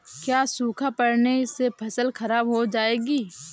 क्या सूखा पड़ने से फसल खराब हो जाएगी?